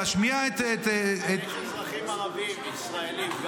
להשמיע את --- מה עם אזרחים ערבים ישראלים?